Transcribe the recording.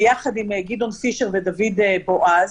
ביחד עם גדעון פישר ודוד בועז,